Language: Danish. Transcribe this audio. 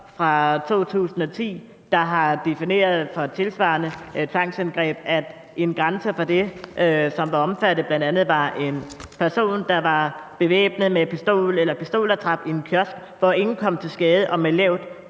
fra 2010, der for tilsvarende tvangsindgreb definerede, at en grænse for det, som var omfattet, bl.a. var en person, der var bevæbnet med pistol eller pistolattrap i en kiosk, hvor ingen kom til skade, og med lavt